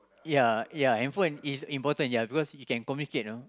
ya ya handphone and is important ya because you can communicate you know